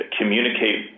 communicate